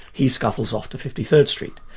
he scuttles off to fifty third street.